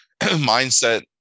mindset